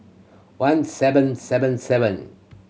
one seven seven seven